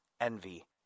envy